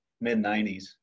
mid-90s